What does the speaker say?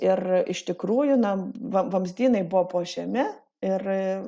ir iš tikrųjų na vam vamzdynai buvo po žeme ir